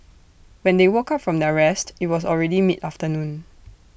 when they woke up from their rest IT was already mid afternoon